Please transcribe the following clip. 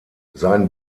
sein